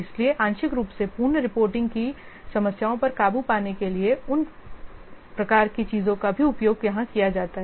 इसलिए आंशिक रूप से पूर्ण रिपोर्टिंग की समस्याओं पर काबू पाने के लिए उन प्रकार की चीजों का भी उपयोग यहां किया जाता है